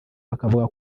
bakavuga